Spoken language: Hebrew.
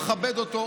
מכבד אותו,